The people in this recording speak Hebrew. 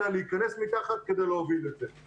אלא להיכנס מתחת כדי להוביל את זה.